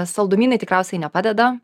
saldumynai tikriausiai nepadeda